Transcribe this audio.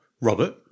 Robert